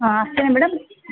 ಹಾಂ ಅಷ್ಟೇನು ಮೇಡಮ್